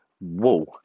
Whoa